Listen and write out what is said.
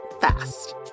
fast